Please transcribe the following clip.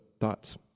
thoughts